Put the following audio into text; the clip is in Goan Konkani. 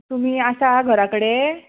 तुमी आसा घरा कडेन